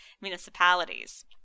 municipalities